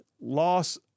loss